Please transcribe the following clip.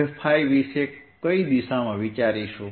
હવે ϕ વિશે કઈ દિશામાં વિચારીશું